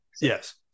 Yes